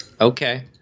Okay